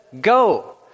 go